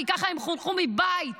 כי ככה הם חונכו מבית מדורי-דורות,